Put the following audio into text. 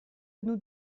nous